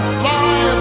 fly